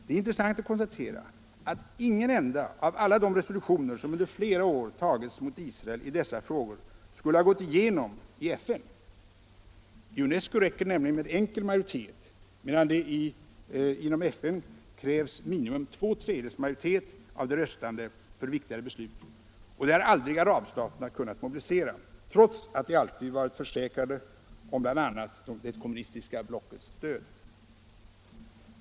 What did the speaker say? Det är intressant att konstatera att ingen enda av alla de resolutioner som under flera år tagits mot Israel i dessa frågor skulle ha gått igenom i FN. I UNESCO räcker det nämligen med enkel majoritet, medan det för viktigare beslut i FN krävs minimum två tredjedels majoritet av de röstande, och det har arabstaterna aldrig kunnat mobilisera, trots att de alltid varit försäkrade om bl.a. det kommunistiska blockets stöd.